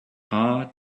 hard